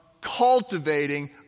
cultivating